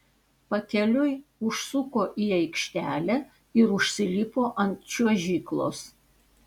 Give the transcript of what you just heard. pakeliui užsuko į aikštelę ir užsilipo ant čiuožyklos